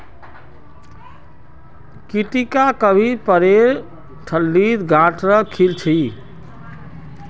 की टी कभी पेरेर ठल्लीत गांठ द खिल छि